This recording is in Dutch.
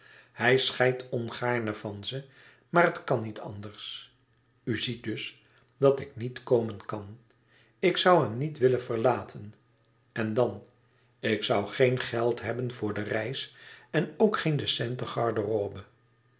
hij scheidt ongaarne van ze maar het kan niet anders u ziet dus dat ik niet komen kan ik zoû hem niet willen verlaten en dan ik zoû geen geld hebben voor de reis en ook geen decente garderobe